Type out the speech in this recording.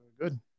good